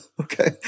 Okay